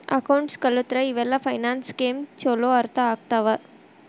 accounts ಕಲತ್ರ ಇವೆಲ್ಲ finance scheme ಚೊಲೋ ಅರ್ಥ ಆಗ್ತವಾ